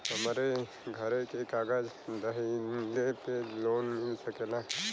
हमरे घरे के कागज दहिले पे लोन मिल सकेला?